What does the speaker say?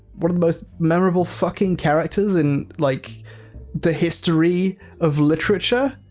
one of the most memorable fucking characters in like the history of literature?